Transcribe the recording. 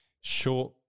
short